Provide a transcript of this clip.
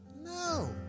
No